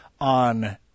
on